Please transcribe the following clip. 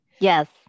Yes